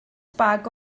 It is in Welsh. bag